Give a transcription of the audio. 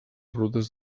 rutes